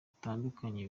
butandukanye